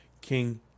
King